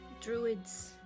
Druids